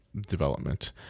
development